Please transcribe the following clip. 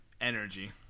energy